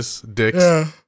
Dick's